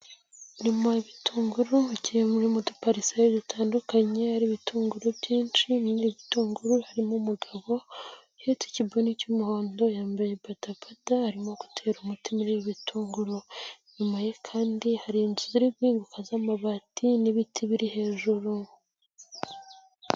Umurima w'ibitunguru ugiye urimo udupariseri dutandukanye, hari ibitunguru byinshi, muri ibi bitunguru harimo umugabo uhetse ikibuni cy'umuhondo, yambaye bodaboda arimo gutera umuti ibi bitunguru, inyuma ye kandi hari inzu ziri guhinguka z'amabati n'ibiti biri hejuru.